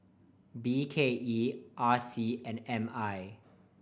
B K E R C and M I